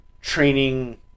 training